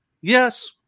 Yes